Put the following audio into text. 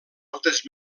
altres